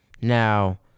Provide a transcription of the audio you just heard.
Now